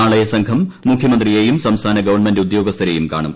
നാളെ സംഘം മുഖ്യമന്ത്രിയേയുട്ട് സംസ്ഥാന ഗവൺമെന്റ് ഉദ്യോഗസ്ഥരേയും കാണും